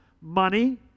money